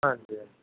ਹਾਂਜੀ ਹਾਂਜੀ